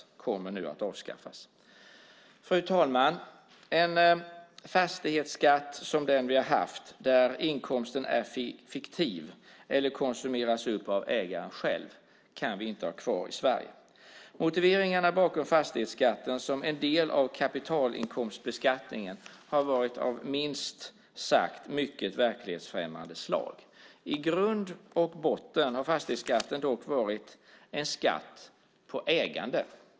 Den kommer nu att avskaffas. Fru talman! En fastighetsskatt som den vi har haft där inkomsten är fiktiv eller konsumeras upp av ägaren själv kan vi inte ha kvar i Sverige. Motiveringarna bakom fastighetsskatten som en del av kapitalinkomstbeskattningen har varit av minst sagt verklighetsfrämmande slag. I grund och botten har fastighetsskatten dock varit en skatt på ägande.